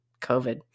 COVID